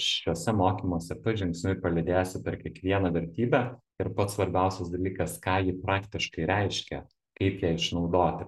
šiuose mokymuose pažingsniui palydėsiu per kiekvieną vertybę ir pats svarbiausias dalykas ką ji praktiškai reiškia kaip ją išnaudoti